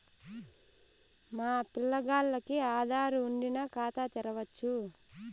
మా పిల్లగాల్లకి ఆదారు వుండిన ఖాతా తెరవచ్చు